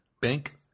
Bank